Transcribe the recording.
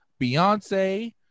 Beyonce